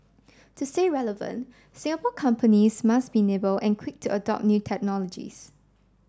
to say relevant Singapore companies must be nimble and quick to adopt new technologies